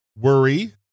worry